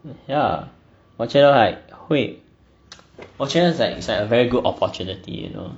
ya 我觉得 like 会我觉得 is like is like a very good opportunity you know